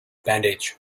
bandage